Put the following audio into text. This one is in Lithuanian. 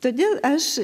todėl aš